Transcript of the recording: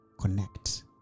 connect